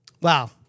Wow